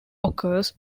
occurs